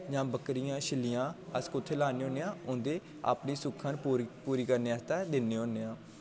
जां बक्करियां छिल्लियां अस उ'त्थें लाने होने आं जां अपनी सुक्खन पूरी करने आस्तै दिन्ने होने आं